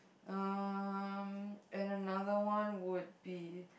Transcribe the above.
um and another one would be